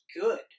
good